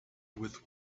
with